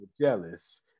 jealous